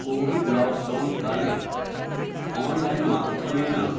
COVID लाक्डौन्काले आन्लैन्माध्यमेन